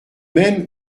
même